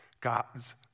God's